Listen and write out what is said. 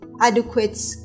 adequate